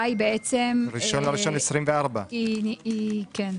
1.1.2024. התחילה היא בעצם, כן.